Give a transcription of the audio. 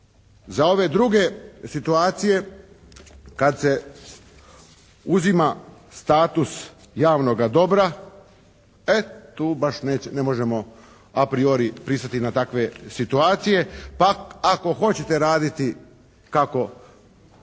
za ove druge situacije kada se uzima status javnoga dobra, e tu baš ne možemo a priori pristati na takve situacije, pa ako hoćete raditi kako